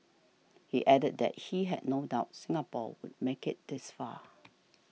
he added that he had no doubt Singapore would make it this far